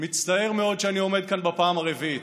מצטער מאוד שאני עומד כאן בפעם הרביעית.